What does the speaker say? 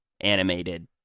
animated